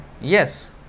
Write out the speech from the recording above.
yes